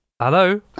Hello